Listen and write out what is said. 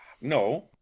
No